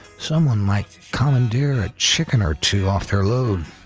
someone might commandeer a chicken or two off their load,